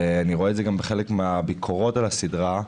אני רואה את זה גם בחלק מן הביקורות על הסדרה: